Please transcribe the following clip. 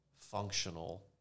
functional